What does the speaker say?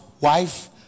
wife